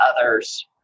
others